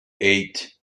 eight